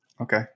Okay